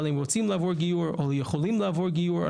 אבל הם רוצים לעבור גיור או יכולים לעבור גיור,